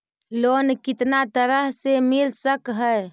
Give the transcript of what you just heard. Loan कितना तरह से मिल सक है?